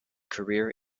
career